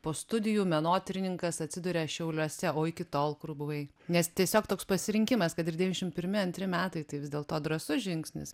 po studijų menotyrininkas atsiduria šiauliuose o iki tol kur buvai nes tiesiog toks pasirinkimas kad ir devyniašim pirmi antri metai tai vis dėlto drąsus žingsnis